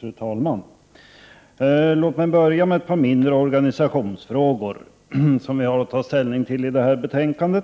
Fru talman! Låt mig börja med ett par mindre organisationsfrågor, som utskottet har tagit ställning till i detta betänkande.